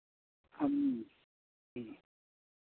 ᱦᱮᱸ ᱦᱮᱸ